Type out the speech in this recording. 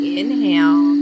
inhale